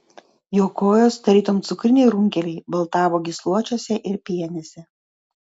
jo kojos tarytum cukriniai runkeliai baltavo gysločiuose ir pienėse